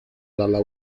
dalla